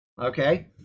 Okay